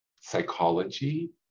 psychology